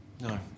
No